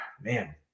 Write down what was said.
man